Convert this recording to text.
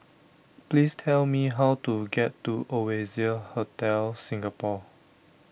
please tell me how to get to Oasia Hotel Singapore